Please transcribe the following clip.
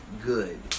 good